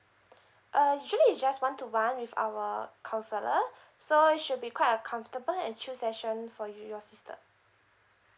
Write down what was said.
uh usually it's just one to one with our counsellor so should be quite uh comfortable and choose session for you and your sister